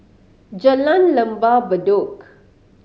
Jalan Lembah Bedok